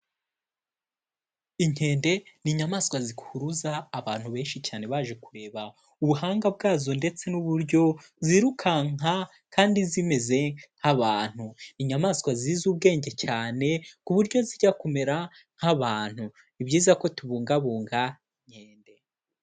Inkende ni inyamaswa zihuruza abantu benshi cyane baje kureba ubuhanga bwazo ndetse n'uburyo zirukanka kandi zimeze nk'abantu, inyamaswa zizi ubwenge cyane ku buryo zijya kumera nk'abantu, ni byiza ko tubungabunga inkende.